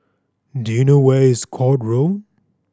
do you know where is Court Road